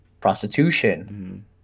prostitution